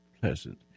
pleasant